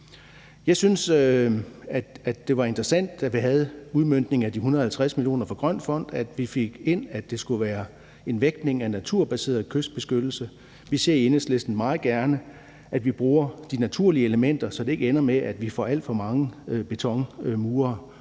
Jeg synes, at det var en interessant, da vi havde udmøntningen af de 150 mio. kr. fra Grøn Fond, at vi fik ind, at der skulle være en vægtning af naturbaseret kystbeskyttelse. Vi ser i Enhedslisten meget gerne, at vi bruger de naturlige elementer, så det ikke ender med, at vi får alt for mange betonmure